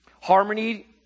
Harmony